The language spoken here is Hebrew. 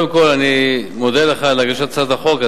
קודם כול, אני מודה לך על הגשת הצעת החוק.